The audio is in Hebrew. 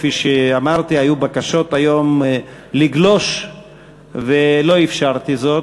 כפי שאמרתי, היו בקשות היום לגלוש ולא אפשרתי זאת.